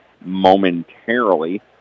momentarily